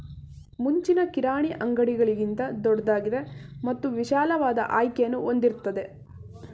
ಮುಂಚಿನ ಕಿರಾಣಿ ಅಂಗಡಿಗಳಿಗಿಂತ ದೊಡ್ದಾಗಿದೆ ಮತ್ತು ವಿಶಾಲವಾದ ಆಯ್ಕೆಯನ್ನು ಹೊಂದಿರ್ತದೆ